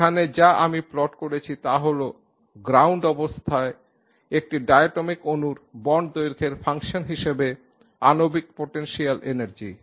এখানে যা আমি প্লট করেছি তা হল গ্রাউন্ড অবস্থার একটি ডায়াটমিক অণুর বন্ড দৈর্ঘ্যের ফাংশন হিসাবে আণবিক পোটেনশিয়াল এনার্জি